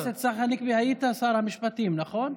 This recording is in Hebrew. חבר הכנסת צחי הנגבי, היית שר המשפטים, נכון?